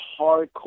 hardcore